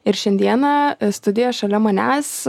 ir šiandieną studijoj šalia manęs